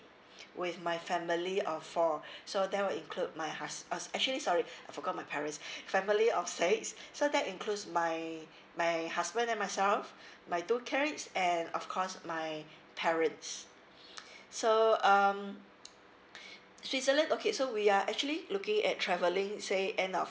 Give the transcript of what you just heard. with my family of four so there will include my hus~ uh actually sorry I forgot my parents family of six so that includes my my husband and myself my two and of course my parents so um switzerland okay so we are actually looking at travelling say end of